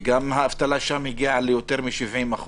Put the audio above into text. וגם שם האבטלה הגיעה ליותר מ-70%,